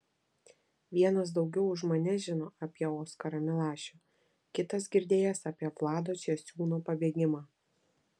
vienas daugiau už mane žino apie oskarą milašių kitas girdėjęs apie vlado česiūno pabėgimą